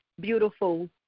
Beautiful